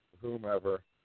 whomever